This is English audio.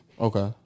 Okay